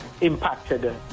impacted